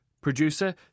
Producer